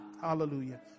Hallelujah